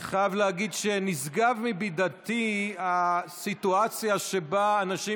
אני חייב להגיד שנשגבת מבינתי הסיטואציה שבה אנשים